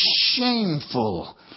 shameful